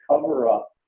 cover-up